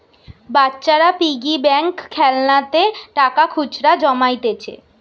বাচ্চারা piggy bank খেলনাতে টাকা খুচরা জমাইতিছে